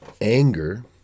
anger